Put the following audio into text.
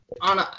on